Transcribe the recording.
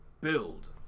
Build